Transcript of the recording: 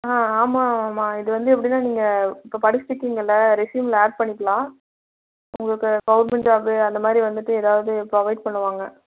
ஆ ஆமாம்மா இது வந்து எப்படினா நீங்கள் இப்போ படித்திருக்கீங்கல்ல ரெஸுயூமில் ஆட் பண்ணிக்கலாம் உங்களுக்கு கவர்மெண்ட் ஜாப்பு அந்த மாதிரி வந்துவிட்டு ஏதாவது ப்ரொவைட் பண்ணுவாங்க